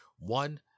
One